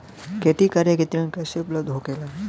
खेती करे के ऋण कैसे उपलब्ध होखेला?